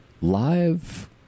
live